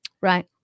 Right